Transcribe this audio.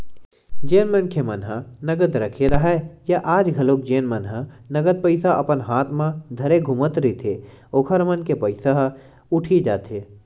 जेन मनखे मन ह नगद रखे राहय या आज घलोक जेन मन ह नगद पइसा अपन हात म धरे घूमत रहिथे ओखर मन के पइसा ह उठी जाथे